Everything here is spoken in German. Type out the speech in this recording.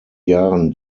jahren